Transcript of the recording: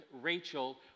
Rachel